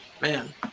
man